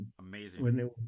Amazing